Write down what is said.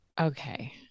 Okay